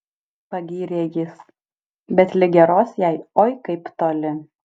pagyrė jis bet lig geros jai oi kaip toli